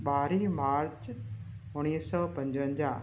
ॿारहीं मार्च उणिवीह सौ पंजवंजाहु